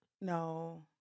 No